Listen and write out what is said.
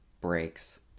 breaks